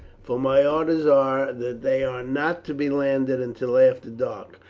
for my orders are that they are not to be landed until after dark.